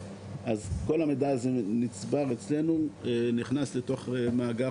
אז כל המידע הזה נצבר אצלנו ונכנס למאגר